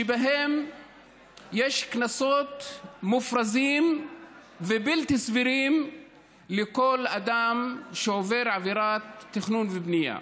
שבהן יש קנסות מופרזים ובלתי סבירים לכל אדם שעובר עבירת תכנון ובנייה.